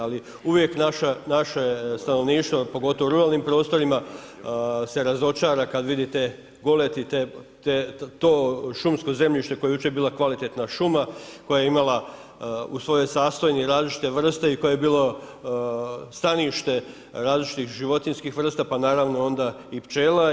Ali, uvijek naše stanovništvo, pogotovo u ruralnim prostorima se razočara kad vide te golet i to šumsko zemljište koje je jučer bila kvalitetna šuma, koja je imala u svojem sastavu različite vrste i koje je bilo stanište, različitih životinjskih vrsta pa naravno onda i pčela.